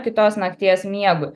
kitos nakties miegui